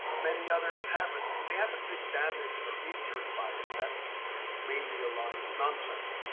many others haven't. they haven't been damaged or injured by it. that's mainly a lot of nonsense.